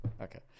okay